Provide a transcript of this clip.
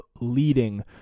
leading